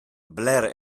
blair